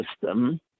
system